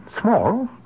small